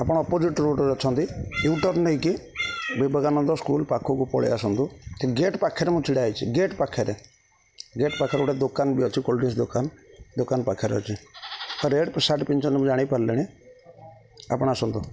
ଆପଣ ଅପୋଜିଟ୍ ରୋଡ଼ରେ ଅଛନ୍ତି ୟୁଟର୍ନ ନେଇକି ବିବେକାନନ୍ଦ ସ୍କୁଲ ପାଖକୁ ପଳାଇ ଆସନ୍ତୁ ଠିକ୍ ଗେଟ୍ ପାଖରେ ମୁଁ ଛିଡ଼ା ହେଇଛି ଗେଟ୍ ପାଖରେ ଗେଟ୍ ପାଖରେ ଗୋଟେ ଦୋକାନ ବି ଅଛି କୋଲ୍ଡ଼ ଡ୍ରିଙ୍କସ ଦୋକାନ ଦୋକାନ ପାଖରେ ଅଛି ହଁ ରେଡ଼୍ ସାର୍ଟ ପିନ୍ଧଛନ୍ତି ମୁଁ ଜାଣିପାରଲିଣି ଆପଣ ଆସନ୍ତୁ